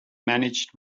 managed